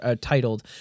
titled